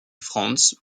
franz